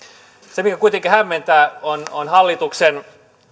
se mikä kuitenkin hämmentää on on hallituksen